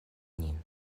nin